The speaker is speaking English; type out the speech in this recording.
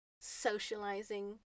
socializing